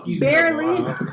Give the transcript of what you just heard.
barely